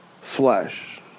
flesh